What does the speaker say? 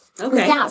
Okay